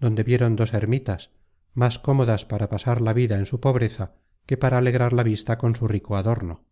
donde vieron dos ermitas más cómodas para pasar la vida en su pobreza que para alegrar la vista con su rico adorno